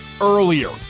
earlier